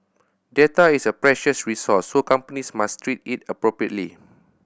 data is a precious resource so companies must treat it appropriately